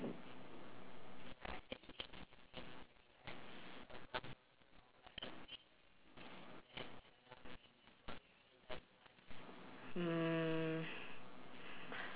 mm